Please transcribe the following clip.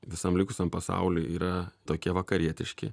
visam likusiam pasauly yra tokie vakarietiški